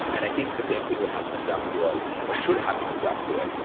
and i think the same thing will happen with graphql or should happen with graphql,